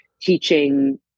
teaching